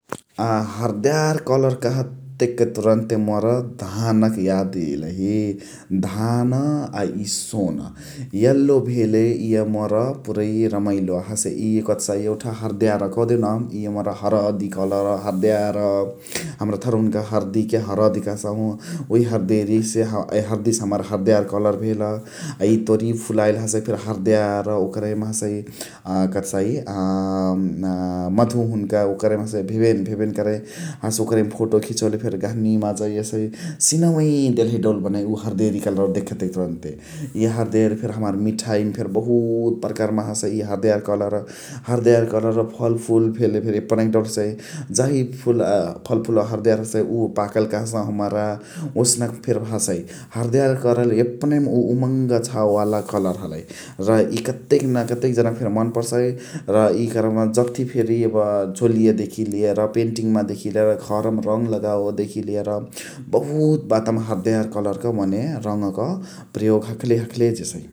आ हरदेयार कलर कह्तेक तुरुन्ते मोरा धान क याद यइलही । धान आ इ सोना एल्लो भेले इय मोरा पुरइ रमाइलो हसे इ कथी कह्सइ यउठा हरदेयार कह्देउन इय अ्ने हरदी कलर हरदेयार । हमरा ठारुहुनुका हर्दी के हरदी कह्सहु । उहे हरदेरी से हर्दी से हमरा हरदेयार कलर भेल । तोरिया फुलाइल हसइ फेनी हरदेयार ओकरही मा हसइ । कथ्कह्सइ मधु हुनुका ओकरही मा भिभिन भिभिन करइ हसे ओकरही मा फोतो खिचोले फेनी जहनी माजा यसइ । सिनवै देलही दउल बनाइ उ हरदेरी कलरावा देखते कि तुरुन्ते । इ हरदेरी फेरी हमार मिठाइम फेनी बहुत पार्कआर मा हसइ इ । हरदेयार कलर फल्फुल भेले फेरी यपनही दउल हसइ । जाही फल्फुलवा हरदेयार हसइ उहे पाकल कह्सहु हमरा ओसनक फेरी हसइ । हरदेयार कलर यपनहिम मा उव उमाङ छवे वाला कलर हलइ । र इ कतेक न कतेक जन क फेरी मान पर्सइ र इकर मा जथी फेरी यब घोलिया देखी लेर र पेन्टिङ मा देखी लेर घरमा रङ लगावे देखी लेर बहुत बात मा हरदेयार कलर मने रङ क पर्‍योग हखले हखले जेसइ ।